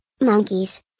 monkeys